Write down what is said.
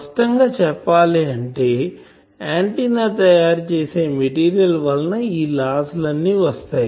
స్పష్టం గా చెప్పాలి అంటే ఆంటిన్నా తయారు చేసే మెటీరియల్ వలన ఈ లాస్ లు అన్ని వస్తున్నాయి